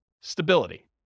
stability